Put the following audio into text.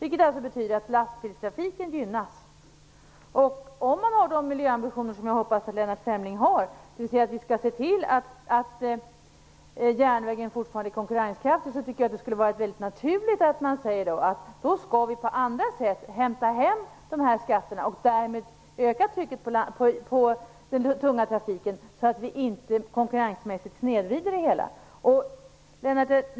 Det betyder alltså att lastbilstrafiken gynnas. Har man miljöambitionen, som jag hoppas att Lennart Fremling har, att vi skall se till att järnvägen fortfarande är konkurrenskraftig - då tycker jag att det skulle vara naturligt att säga att vi på andra sätt skall hämta hem skatterna och därmed öka trycket på den tunga trafiken, så att vi inte konkurrensmässigt snedvrider det hela.